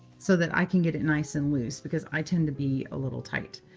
so that i can get it nice and loose because i tend to be a little tight.